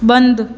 बंद